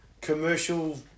commercial